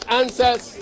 answers